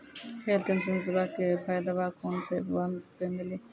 Health इंश्योरेंसबा के फायदावा कौन से ऐपवा पे मिली?